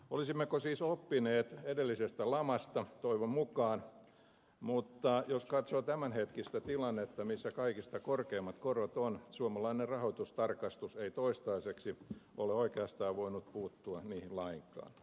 olisimmeko siis oppineet edellisestä lamasta toivon mukaan mutta jos katsoo tämänhetkistä tilannetta missä kaikista korkeimmat korot on suomalainen rahoitustarkastus ei toistaiseksi ole oikeastaan voinut puuttua niihin lainkaan